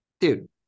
Dude